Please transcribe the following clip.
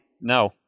No